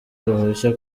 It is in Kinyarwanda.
ruhushya